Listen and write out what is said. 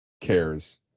cares